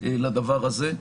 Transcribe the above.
לדבר הזה.